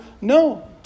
No